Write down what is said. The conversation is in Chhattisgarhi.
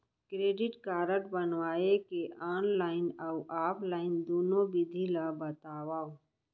क्रेडिट कारड बनवाए के ऑनलाइन अऊ ऑफलाइन दुनो विधि ला बतावव?